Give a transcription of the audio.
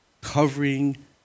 covering